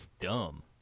dumb